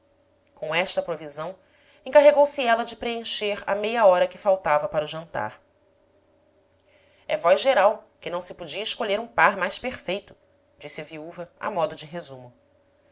com esta provisão encarregou-se ela de preencher a meia hora que faltava para o jantar é voz geral que não se podia escolher um par mais perfeito disse a viúva a modo de resumo